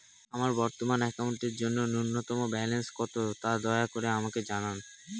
আমার বর্তমান অ্যাকাউন্টের জন্য ন্যূনতম ব্যালেন্স কত, তা দয়া করে আমাকে জানান